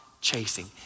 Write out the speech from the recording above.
chasing